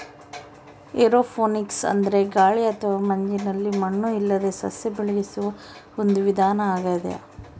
aeroponics ಅಂದ್ರೆ ಗಾಳಿ ಅಥವಾ ಮಂಜಿನಲ್ಲಿ ಮಣ್ಣು ಇಲ್ಲದೇ ಸಸ್ಯ ಬೆಳೆಸುವ ಒಂದು ವಿಧಾನ ಆಗ್ಯಾದ